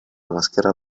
maschera